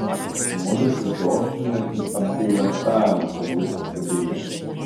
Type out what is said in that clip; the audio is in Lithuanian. mudu su džordžu net apgailestavome kad ji pasibaigė